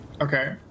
okay